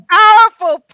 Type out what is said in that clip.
powerful